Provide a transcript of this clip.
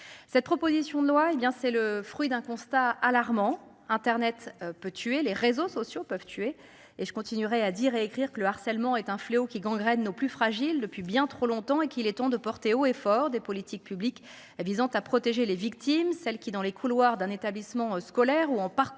Cette proposition de loi, hé bien c'est le fruit d'un constat alarmant Internet peut tuer les réseaux sociaux peuvent tuer et je continuerai à dire et écrire que le harcèlement est un fléau qui gangrène nos plus fragile depuis bien trop longtemps et qu'il est temps de porter haut et fort des politiques publiques visant à protéger les victimes, celles qui dans les couloirs d'un établissement scolaire ou en parcourant